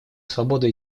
свободу